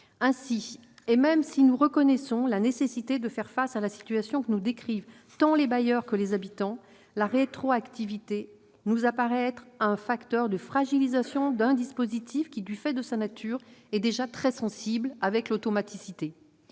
Ainsi, même si nous reconnaissons la nécessité de faire face à la situation que nous décrivent tant les bailleurs que les habitants, la rétroactivité nous paraît constituer un facteur de fragilisation du dispositif, lequel, du fait de sa nature, est déjà très sensible, en raison de son automaticité.